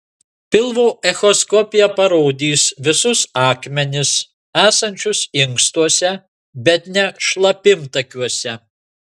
pilvo echoskopija parodys visus akmenis esančius inkstuose bet ne šlapimtakiuose